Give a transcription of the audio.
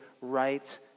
right